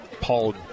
Paul